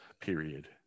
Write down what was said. period